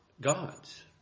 god's